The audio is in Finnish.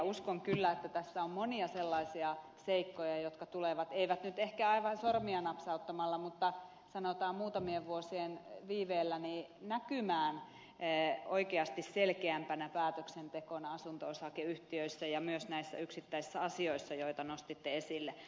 uskon kyllä että tässä on monia sellaisia seikkoja jotka tulevat eivät nyt ehkä aivan sormia napsauttamalla mutta sanotaan muutamien vuosien viiveellä näkymään oikeasti selkeämpänä päätöksentekona asunto osakeyhtiöissä ja myös näissä yksittäisissä asioissa joita nostitte esille